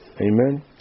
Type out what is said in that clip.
Amen